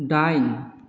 दाइन